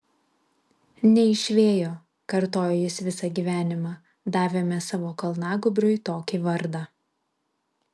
ne iš vėjo kartojo jis visą gyvenimą davėme savo kalnagūbriui tokį vardą